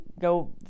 go